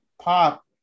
Pop